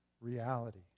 reality